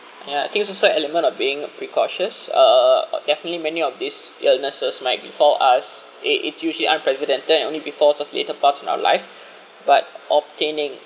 ya i think so side element of being precautious uh ugh definitely many of these illnesses might befall us eh it's usually unprecedented and it only befalls us later past in our life but obtaining